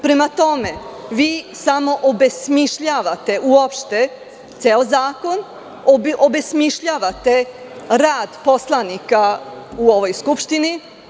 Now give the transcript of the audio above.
Prema tome, vi samo obesmišljavate uopšte ceo zakon, obesmišljavate rad poslanika u ovoj Skupštini.